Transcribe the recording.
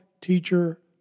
teacher